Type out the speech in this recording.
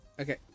Okay